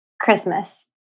Christmas